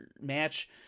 match